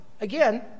again